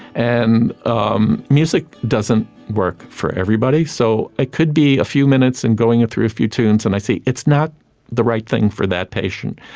and um music doesn't work for everybody. so it could be a few minutes and going through a few tunes and i see it's not the right thing for that patient,